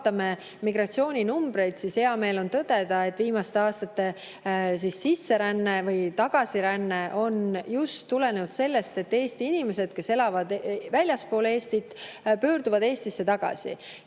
vaatame migratsiooninumbreid, siis hea meel on tõdeda, et viimaste aastate sisseränne või tagasiränne on just tulenenud sellest, et Eesti inimesed, kes elavad väljaspool Eestit, pöörduvad Eestisse tagasi.